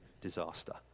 disaster